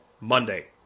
Monday